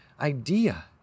idea